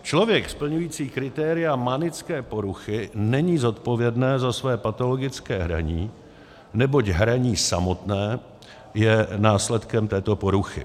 Člověk splňující kritéria manické poruchy není zodpovědný za své patologické hraní, neboť hraní samotné je následkem této poruchy.